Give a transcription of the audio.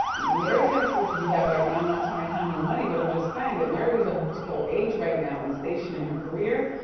mary can afford to do that right now, i'm not trying to count her money, but i'm just saying that mary's of a particular age right now and station in her career,